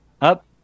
up